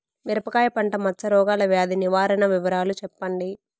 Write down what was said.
మిరపకాయ పంట మచ్చ రోగాల వ్యాధి నివారణ వివరాలు చెప్పండి?